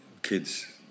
kids